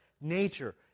nature